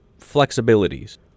flexibilities